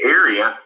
area